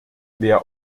wer